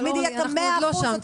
בואו נתקדם.